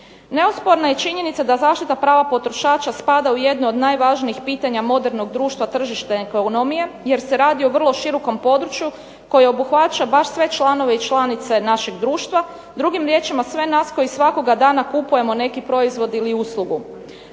Neosporna je činjenica da zaštita prava potrošača spada u jedno od najvažnijih pitanja modernog društva tržište ekonomije jer se radi o vrlo širokom području koje obuhvaća baš sve članove i članice našeg društva, drugim riječima sve nas koji svakoga dana kupujemo neki proizvod ili uslugu.